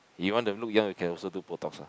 you want to look young you can also do botox ah